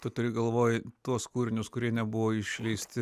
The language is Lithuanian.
tu turi galvoj tuos kūrinius kurie nebuvo išleisti